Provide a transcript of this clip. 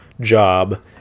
job